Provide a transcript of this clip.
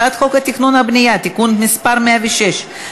הצעת חוק התכנון והבנייה (תיקון מס' 106),